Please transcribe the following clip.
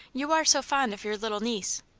you are so fond of your little niece.